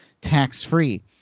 tax-free